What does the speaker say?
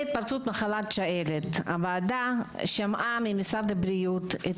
לגבי התפרצות מחלת השעלת: הוועדה שמעה ממשרד הבריאות את